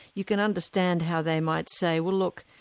you can understand how they might say, well look,